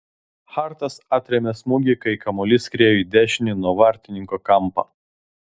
hartas atrėmė smūgį kai kamuolys skriejo į dešinį nuo vartininko kampą